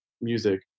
music